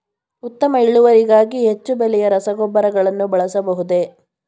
ಉತ್ತಮ ಇಳುವರಿಗಾಗಿ ಹೆಚ್ಚು ಬೆಲೆಯ ರಸಗೊಬ್ಬರಗಳನ್ನು ಬಳಸಬಹುದೇ?